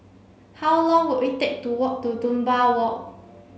how long will it take to walk to Dunbar Walk